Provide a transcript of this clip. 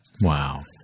Wow